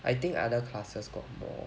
I think other classes got more